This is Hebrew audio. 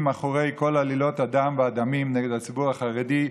מאחורי כל עלילות הדם והדמים נגד הציבור החרדי,